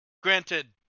Granted